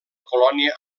colònia